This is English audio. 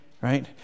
right